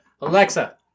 Alexa